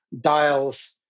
dials